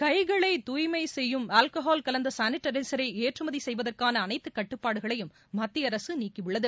கை களை தூய்மை செய்யும் ஆல்கஹால் கலந்த சானிடைசரை ஏற்றுமதி செய்வதற்கான அனைத்து கட்டுப்பாடுகளையும் மத்திய அரசு நீக்கியுள்ளது